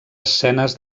escenes